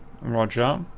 Roger